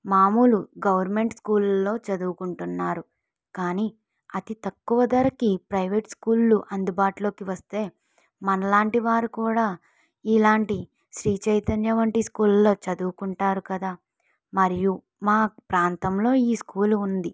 మామూలు government school లలో చదువుకుంటున్నారు కానీ అతి తక్కువ ధరకి ప్రైవేట్ స్కూళ్ళు అందుబాటులో వస్తే మనలాంటి వారు కూడా ఇలాంటి శ్రీ చైతన్య వంటి స్కూల్ లో చదువుకుంటారు కదా మరియు మా ప్రాంతంలో ఈ స్కూలు ఉంది